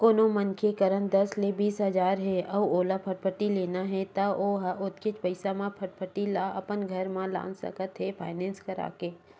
कोनो मनखे करन दस ले बीस हजार हे अउ ओला फटफटी लेना हे त ओ ह ओतकेच पइसा म फटफटी ल अपन घर म लान सकत हे फायनेंस करा के